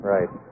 Right